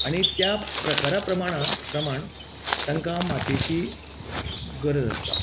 आनी त्या प्रकारा प्रमाणा प्रमाण तांकां मातयेंचीं गरज आसता